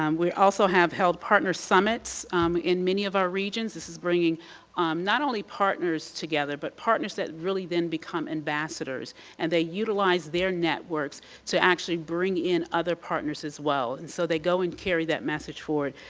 um we also have held partner summits in many of our regions, this is bringing um not only partners together but partners that then become ambassadors and they utilize their networks to actually bring in other partners as well. and so they go and carry that message forward.